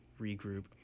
regroup